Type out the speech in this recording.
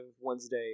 Wednesday